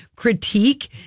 critique